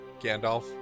Gandalf